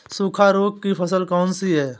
सूखा रोग की फसल कौन सी है?